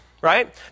right